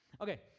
Okay